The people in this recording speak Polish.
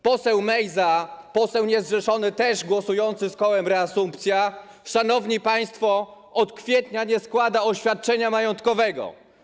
Poseł Mejza, poseł niezrzeszony głosujący z kołem reasumpcja, szanowni państwo, od kwietnia nie złożył oświadczenia majątkowego.